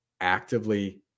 actively